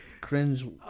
cringe